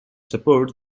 supports